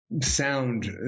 sound